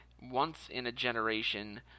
once-in-a-generation